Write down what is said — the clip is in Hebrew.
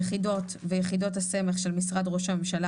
יחידות ויחידות הסמך של משרד ראש הממשלה